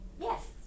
Yes